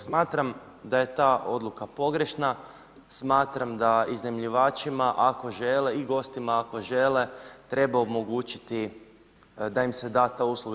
Smatram da je ta odluka pogrešna, smatram da iznajmljivačima ako žele i gostima ako žele treba omogućiti da im se da ta usluga.